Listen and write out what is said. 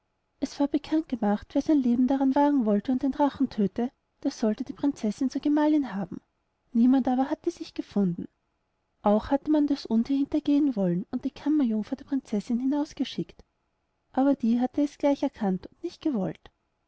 es war bekannt gemacht wer sein leben daran wagen wolle und den drachen tödte der solle die prinzessin zur gemahlin haben niemand aber hatte sich gefunden auch hatte man das unthier hintergehen wollen und die kammerjungfer der prinzessin hinausgeschickt aber die hatte es gleich erkannt und nicht gewollt